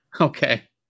Okay